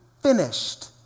finished